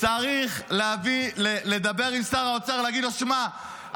צריך לדבר עם שר האוצר ולהגיד לו: שמע,